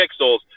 Pixels